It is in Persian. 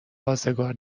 آزگار